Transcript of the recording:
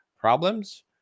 problems